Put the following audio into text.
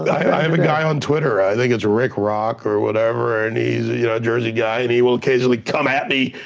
i have a guy on twitter, i think it's rick rock or whatever, and he's a yeah jersey guy, and he will occasionally come at me,